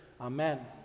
Amen